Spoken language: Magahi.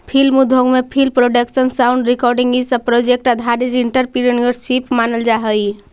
फिल्म उद्योग में फिल्म प्रोडक्शन साउंड रिकॉर्डिंग इ सब प्रोजेक्ट आधारित एंटरप्रेन्योरशिप मानल जा हई